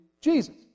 Jesus